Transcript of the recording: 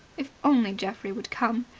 if only geoffrey would come!